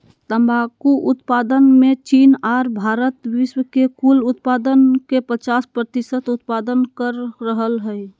तंबाकू उत्पादन मे चीन आर भारत विश्व के कुल उत्पादन के पचास प्रतिशत उत्पादन कर रहल हई